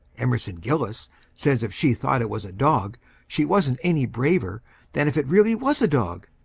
emerson gillis says if she thought it was a dog she wasn't any braver than if it really was a dog.